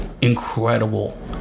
incredible